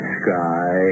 sky